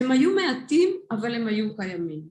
‫הם היו מעטים, אבל הם היו קיימים.